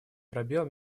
пробел